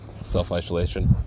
self-isolation